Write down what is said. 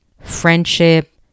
friendship